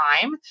time